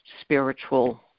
spiritual